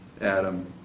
Adam